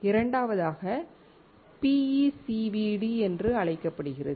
இரண்டாவதாக PECVD என்று அழைக்கப்படுகிறது